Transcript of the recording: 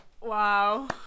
wow